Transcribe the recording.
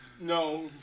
No